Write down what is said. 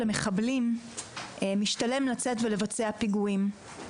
למחבלים משתלם לצאת ולבצע פיגועים.